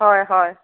হয় হয়